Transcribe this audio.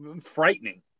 frightening